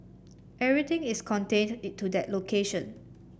everything is contained to that location